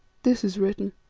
this is written